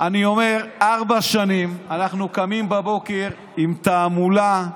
ארבע שנים אנחנו קמים בבוקר עם תעמולה.